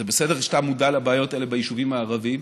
זה בסדר שאתה מודע לבעיות האלה ביישובים הערביים,